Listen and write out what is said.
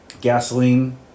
gasoline